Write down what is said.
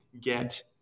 get